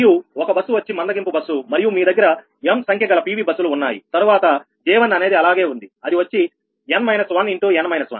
మరియు ఒక బస్సు వచ్చి మందగింపు బస్సు మరియు మీ దగ్గర m సంఖ్యగల PV బస్సులు ఉన్నాయి తర్వాత J1 అనేది అలాగే ఉంది అది వచ్చి n − 1 ∗ n − 1